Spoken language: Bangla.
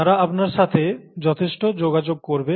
তারা আপনার সাথে যথেষ্ট যোগাযোগ করবে